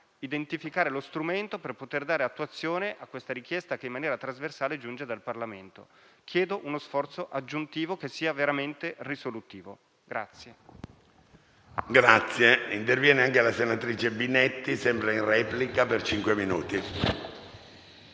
identificare lo strumento idoneo per dare attuazione a questa richiesta che in maniera trasversale giunge dal Parlamento. Chiedo uno sforzo aggiuntivo, che sia veramente risolutivo.